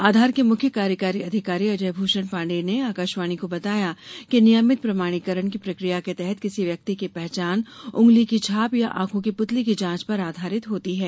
आधार के मुख्य कार्यकारी अधिकारी अजय भूषण पाण्डेय ने आकाशवाणी को बताया कि नियमित प्रमाणीकरण प्रक्रिया के तहत किसी व्यक्ति की पहचान उंगली की छाप या आंखों की प्रतली की जांच पर आधारित होती है